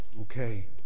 Okay